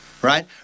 Right